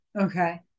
Okay